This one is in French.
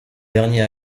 dernier